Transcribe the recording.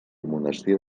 monestir